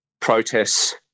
protests